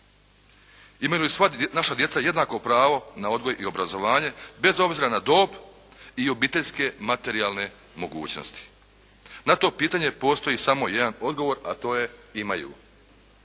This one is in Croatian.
Imaju li sva naša djeca jednako pravo na odgoj i obrazovanje bez obzira na dob i obiteljske materijalne mogućnosti? Na to pitanje postoji samo jedan odgovor, a to je: imaju.